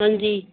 ਹਾਂਜੀ